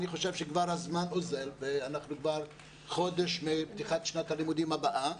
הזמן אוזל ואנחנו כבר חודש לפני פתיחת שנת הלימודים הבאה.